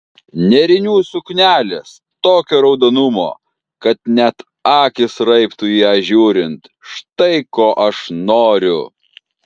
nėrinių suknelės tokio raudonumo kad net akys raibtų į ją žiūrint štai ko aš noriu